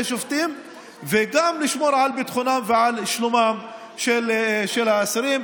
שופטים וגם לשמור על ביטחונם ועל שלומם של האסירים.